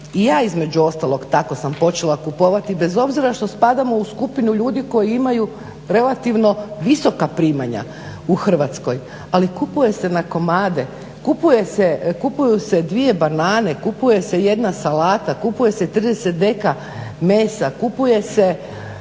i ja između ostalog tako sam počela kupovati bez obzira što spadamo u skupinu ljudi koji imaju relativno visoka primanja u Hrvatskoj ali kupuje se na komade, kupuju se dvije banane, kupuje se jedna salata, kupuje se 30 dag mesa, kupuje se,